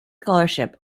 scholarship